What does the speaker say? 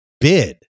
bid